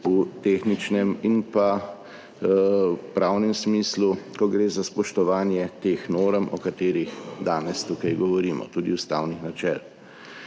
v tehničnem in pa pravnem smislu, ko gre za spoštovanje teh norm, o katerih danes tukaj govorimo, tudi ustavnih načel.